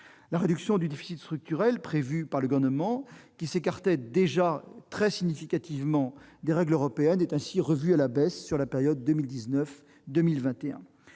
La réduction du déficit structurel prévue par le Gouvernement, qui s'écartait déjà très significativement des règles européennes, est ainsi revue à la baisse sur la période 2019-2021.